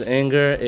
anger